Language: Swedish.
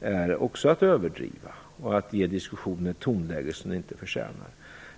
är också att överdriva och att ge diskussionen ett tonläge som den inte förtjänar.